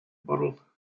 bottle